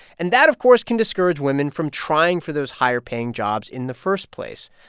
and that, of course, can discourage women from trying for those higher-paying jobs in the first place.